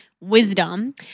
wisdom